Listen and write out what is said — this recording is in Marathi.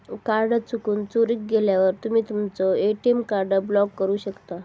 कार्ड चुकून, चोरीक गेल्यावर तुम्ही तुमचो ए.टी.एम कार्ड ब्लॉक करू शकता